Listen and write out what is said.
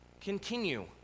continue